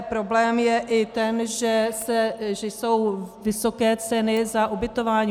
Problém je i ten, že jsou vysoké ceny za ubytování.